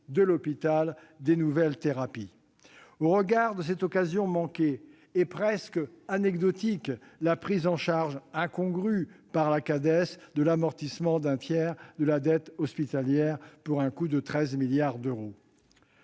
de l'hôpital et des nouvelles thérapies. Au regard de cette occasion manquée, la prise en charge incongrue, par la Cades, de l'amortissement d'un tiers de la dette hospitalière, pour un coût de 13 milliards d'euros,